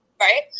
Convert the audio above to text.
right